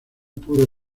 puro